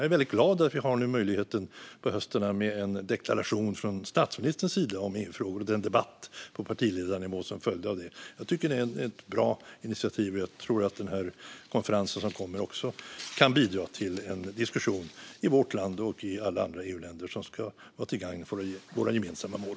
Jag är väldigt glad att vi under hösten hade möjligheten med en deklaration från statsministerns sida om EU-frågor och den debatt på partiledarnivå som följde av den. Jag tycker att det var ett bra initiativ, och jag tror att den konferens som kommer också kan bidra till en diskussion i vårt land och i alla andra EU-länder som kan vara till gagn för våra gemensamma mål.